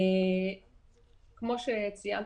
כמו שציינת,